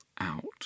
out